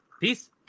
peace